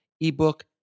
ebook